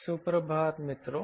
सुप्रभात मित्रों